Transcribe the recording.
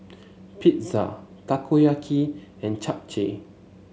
Pizza Takoyaki and Japchae